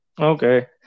Okay